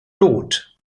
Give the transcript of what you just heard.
lot